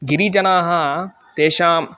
गिरिजनाः तेषाम्